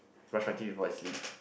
brush my teeth before I sleep